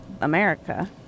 America